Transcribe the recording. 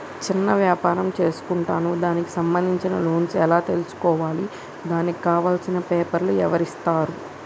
చిన్న వ్యాపారం చేసుకుంటాను దానికి సంబంధించిన లోన్స్ ఎలా తెలుసుకోవాలి దానికి కావాల్సిన పేపర్లు ఎవరిస్తారు?